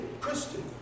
Christian